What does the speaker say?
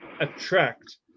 attract